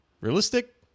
realistic